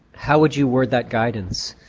how would you word that guidance?